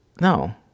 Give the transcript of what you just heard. no